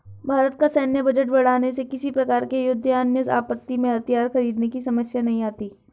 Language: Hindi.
भारत का सैन्य बजट बढ़ाने से किसी प्रकार के युद्ध या अन्य आपत्ति में हथियार खरीदने की समस्या नहीं आती